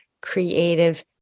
creative